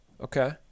Okay